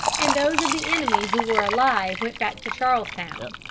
and those of the enemy who were alive went back to charlestown.